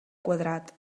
quadrat